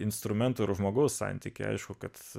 instrumento ir žmogaus santykį aišku kad